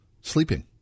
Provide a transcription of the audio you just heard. sleeping